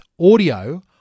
audio